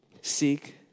Seek